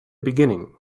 beginning